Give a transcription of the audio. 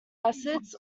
acids